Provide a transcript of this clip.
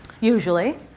usually